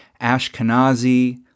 Ashkenazi